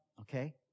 Okay